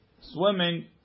swimming